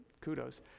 kudos